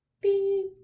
beep